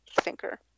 thinker